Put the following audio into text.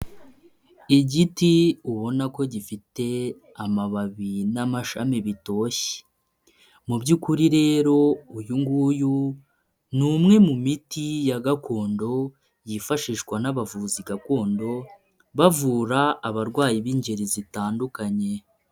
Igiti ubona ko gifite amababi n'amashami bitoshye mu by'ukuri rero uyu nguyu ni umwe mu miti ya gakondo yifashishwa n'abavuzi gakondo bavura abarwayi b'ingeri zitandukanye.